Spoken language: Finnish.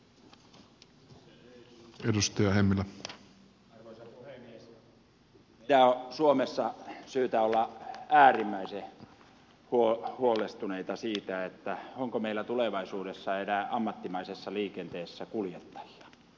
meidän on suomessa syytä olla äärimmäisen huolestuneita siitä onko meillä tulevaisuudessa enää ammattimaisessa liikenteessä kuljettajia